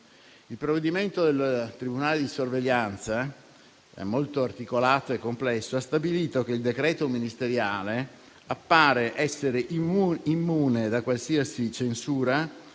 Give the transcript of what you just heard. Il provvedimento del tribunale di sorveglianza, molto articolato e complesso, ha stabilito che il decreto ministeriale appare essere immune da qualsiasi censura